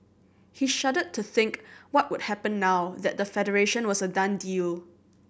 he shuddered to think what would happen now that the Federation was a done deal